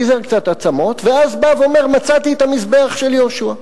פיזר קצת עצמות ואז בא ואומר: מצאתי את המזבח של יהושע.